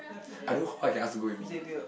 I know who I can ask to go with me